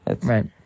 Right